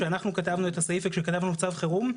עת כתבנו את הסעיף ועת כתבנו צו חירום,